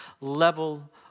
level